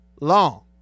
long